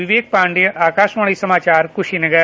विवेक पाण्डेयआकाशवाणी समाचारकुशीनगर